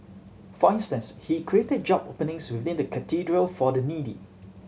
for instance he created job openings within the Cathedral for the needy